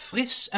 Fris